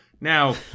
Now